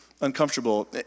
uncomfortable